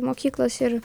mokyklos ir